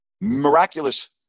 miraculous